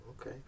Okay